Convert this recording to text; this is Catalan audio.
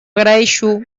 agraeixo